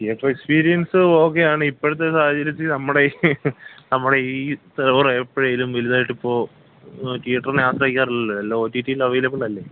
theatre experience ഓക്കെയാണിപ്പോഴത്തെ സാഹചര്യത്തിൽ നമ്മുടെ നമ്മുടെ ഈ തെവറെപ്പോഴെങ്കിലും വലുതായിട്ട് പോ റ്റിയറ്ററിനകത്തെയ്യാറില്ലല്ലോ എല്ലാം ഒ ടി ടിയിലവൈലബിളല്ലേ